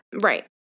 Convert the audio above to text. Right